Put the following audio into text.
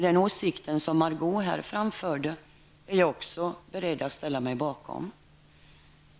Den åsikt som Margó Ingvardsson framförde här är jag också beredd att ställa mig bakom.